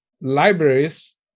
libraries